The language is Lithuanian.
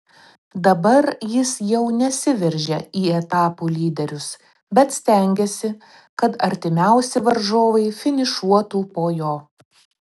dabar jis jau nesiveržia į etapų lyderius bet stengiasi kad artimiausi varžovai finišuotų po jo